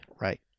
Right